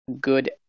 good